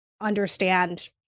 understand